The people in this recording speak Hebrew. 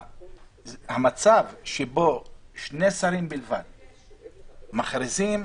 המצב שבו שני שרים בלבד מכריזים,